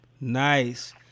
nice